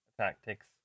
Tactics